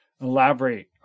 elaborate